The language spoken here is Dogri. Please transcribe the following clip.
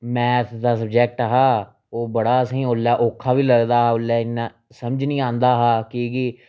मैथ दा सब्जैक्ट हा ओह् बड़ा असेंगी ओल्लै औक्खा बी लगदा हा ओल्लै इन्ना समझ नी आंदा हा कि कि